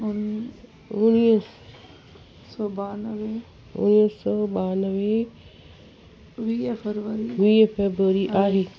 उण उणिवीह सौ बानवें उणिवीह सौ बानवें वीह फ़रवरी वीह फ़रबरी आहे